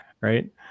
right